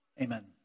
amen